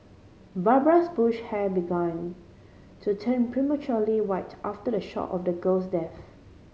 Barbara's Bush hair began to turn prematurely white after the shock of the girl's death